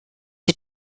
die